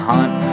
Hunt